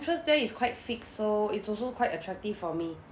interest there is quite fixed so it's also quite attractive for me